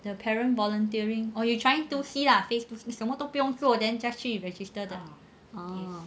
the parent volunteering or you're trying to see lah facebook 你什么都不用做 then check 去 register 的